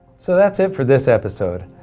so that's it for this episode.